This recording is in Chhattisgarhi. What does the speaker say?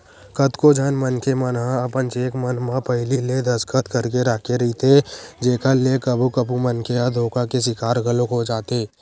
कतको झन मनखे मन ह अपन चेक मन म पहिली ले दस्खत करके राखे रहिथे जेखर ले कभू कभू मनखे ह धोखा के सिकार घलोक हो जाथे